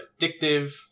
addictive